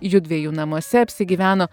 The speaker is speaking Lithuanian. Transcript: judviejų namuose apsigyveno